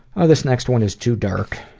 ah this next one is too dark.